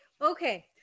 okay